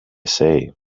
say